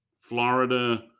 Florida